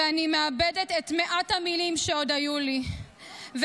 ואני מאבדת את מעט המילים שעוד היו לי ואת